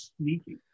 sneaky